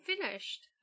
finished